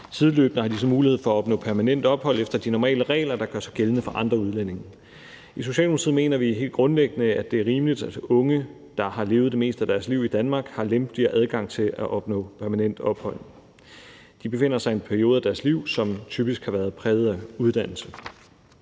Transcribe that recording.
Sideløbende har de så mulighed for at opnå permanent ophold efter de normale regler, der gør sig gældende for andre udlændinge. I Socialdemokratiet mener vi helt grundlæggende, at det er rimeligt, at unge, der har levet det meste af deres liv i Danmark, har lempeligere adgang til at opnå permanent ophold. De befinder sig i en periode af deres liv, som typisk har været præget af uddannelse.